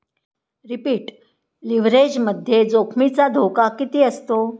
लिव्हरेजमध्ये जोखमीचा धोका किती असतो?